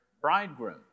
bridegroom